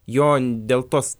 jo dėl tos